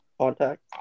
contact